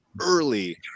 early